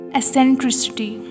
eccentricity